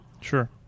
Sure